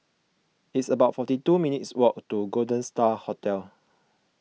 it's about forty two minutes' walk to Golden Star Hotel